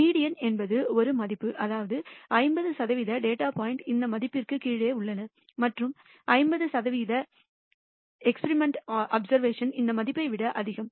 median என்பது ஒரு மதிப்பு அதாவது 50 சதவீத டேட்டா பாயின்ட் இந்த மதிப்பிற்குக் கீழே உள்ளன மற்றும் 50 சதவீத எக்ஸ்பிரிமெண்ட் அப்சர்வேஷன் இந்த மதிப்பை விட அதிகம்